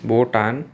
Bhutan